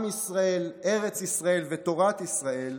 עם ישראל, ארץ ישראל ותורת ישראל,